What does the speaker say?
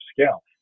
scale